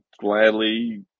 gladly